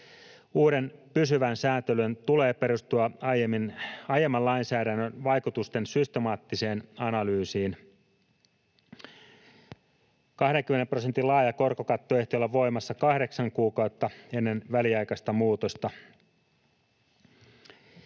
Uuden pysyvän sääntelyn tulee perustua aiemman lainsäädännön vaikutusten systemaattiseen analyysiin. 20 prosentin laaja korkokatto ehti olla voimassa kahdeksan kuukautta ennen väliaikaista muutosta.